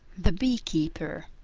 the bee-keeper